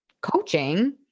coaching